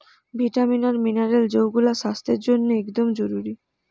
vitamin আর mineral যৌগুলা স্বাস্থ্যের জন্যে একদম জরুরি